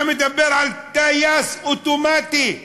אתה מדבר על טייס אוטומטי ורפורמות,